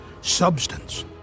substance